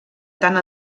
tant